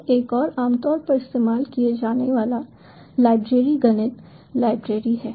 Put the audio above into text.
फिर एक और आमतौर पर इस्तेमाल किया जाने वाला लाइब्रेरी गणित लाइब्रेरी है